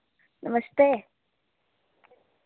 नमस्ते